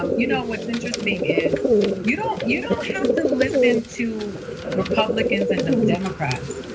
um you know what's interesting is you don't you don't have to listen to republicans and democrats.